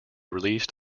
released